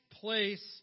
place